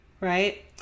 right